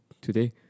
today